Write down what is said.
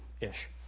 ish